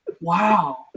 wow